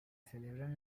celebran